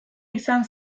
izan